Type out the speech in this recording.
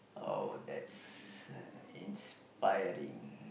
oh that's uh inspiring